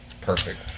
perfect